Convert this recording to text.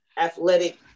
athletic